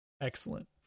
Excellent